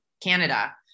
Canada